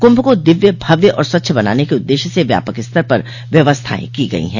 कुंभ को दिव्य भव्य और स्वच्छ बनाने के उद्देश्य से व्यापक स्तर पर व्यवस्थाएं की गई हैं